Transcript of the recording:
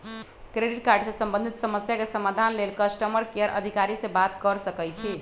credit card से संबंधित समस्या के समाधान लेल कस्टमर केयर अधिकारी से बात कर सकइछि